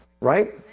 Right